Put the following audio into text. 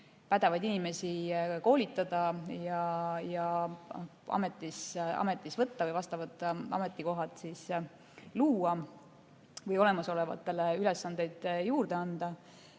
pädevaid inimesi koolitada ja ametisse võtta ning vastavad ametikohad luua või olemasolevatele ülesandeid juurde anda.